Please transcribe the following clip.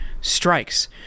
strikes